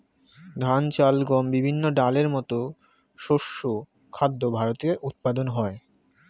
ধান, চাল, গম, বিভিন্ন ডালের মতো শস্য খাদ্য ভারতে উৎপাদন হয়